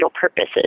purposes